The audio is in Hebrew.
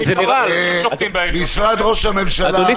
אדוני,